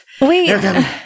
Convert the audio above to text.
Wait